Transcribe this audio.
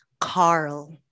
Carl